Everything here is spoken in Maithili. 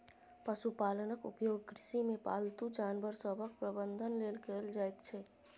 पशुपालनक उपयोग कृषिमे पालतू जानवर सभक प्रबंधन लेल कएल जाइत छै